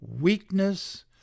weakness